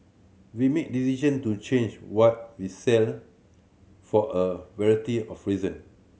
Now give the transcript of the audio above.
we make decision to change what we sell for a variety of reason